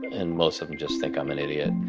and most of them just think i'm an idiot.